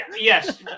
yes